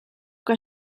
que